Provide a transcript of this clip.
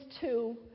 two